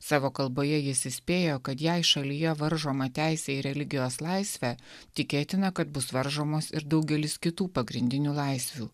savo kalboje jis įspėjo kad jei šalyje varžoma teisė į religijos laisvę tikėtina kad bus varžomos ir daugelis kitų pagrindinių laisvių